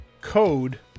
code